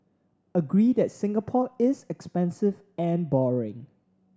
agree that Singapore is expensive and boring